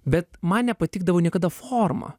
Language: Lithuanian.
bet man nepatikdavo niekada forma